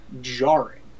jarring